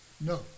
No